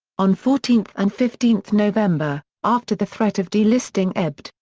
on fourteen and fifteen november, after the threat of delisting ebbed,